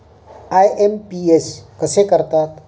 IMPS कसे करतात?